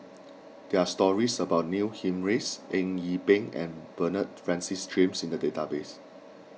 there are stories about Neil Humphreys Eng Yee Peng and Bernard Francis James in the database